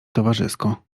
towarzysko